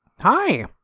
Hi